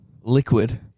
Liquid